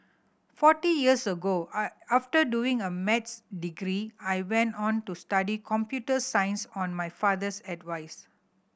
forty years ago after doing a Maths degree I went on to study computer science on my father's advice